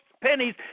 pennies